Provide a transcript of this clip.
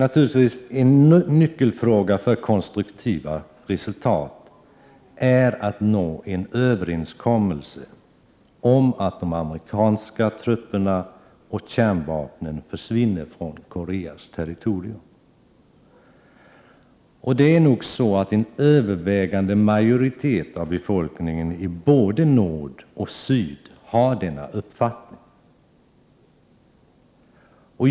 Naturligtvis är nyckelfrågan när det gäller att åstadkomma konstruktiva resultat att nå en överenskommelse om att de amerikanska trupperna och kärnvapnen skall försvinna från Koreas territorium. En övervägande majoritet av befolkningen i både nord och syd har nog denna uppfattning.